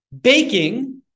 baking